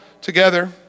together